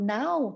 now